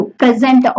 present